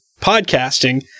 podcasting